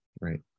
Right